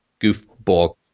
goofball